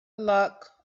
luck